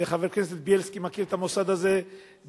וחבר הכנסת בילסקי מכיר את הנושא הזה בעל-פה,